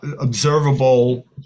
observable